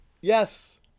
yes